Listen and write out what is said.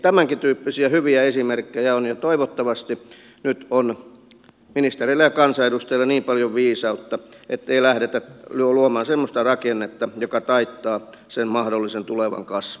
tämänkin tyyppisiä hyviä esimerkkejä on ja toivottavasti nyt on ministereillä ja kansanedustajilla niin paljon viisautta ettei lähdetä luomaan semmoista rakennetta joka taittaa sen mahdollisen tulevan kasvun